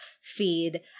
feed